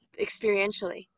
experientially